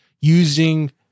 using